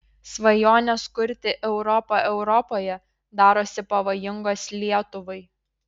svajonės kurti europą europoje darosi pavojingos lietuvai